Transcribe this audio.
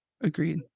Agreed